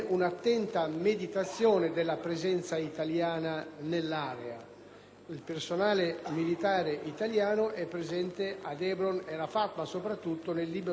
il personale militare italiano è presente ad Hebron e a Rafah, ma soprattutto nel Libano meridionale, con la missione UNIFIL, rifinanziata dal decreto.